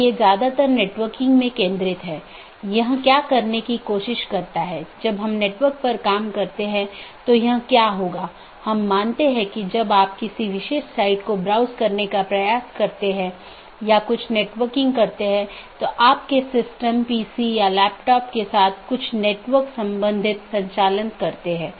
इसलिए अगर हम फिर से इस आंकड़े पर वापस आते हैं तो यह दो BGP स्पीकर या दो राउटर हैं जो इस विशेष ऑटॉनमस सिस्टमों के भीतर राउटरों की संख्या हो सकती है